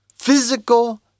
Physical